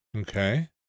Okay